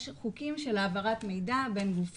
יש חוקים של העברת מידע בין גופים.